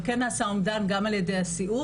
אבל כן נעשה אומדן גם על ידי הסיעוד,